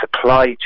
supply